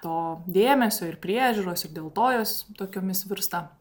to dėmesio ir priežiūros ir dėl to jos tokiomis virsta